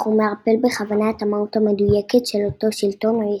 אך הוא מערפל בכוונה את המהות המדויקת של אותו שלטון או ישות.